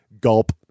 Gulp